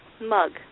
mug